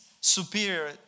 superior